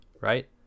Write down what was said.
right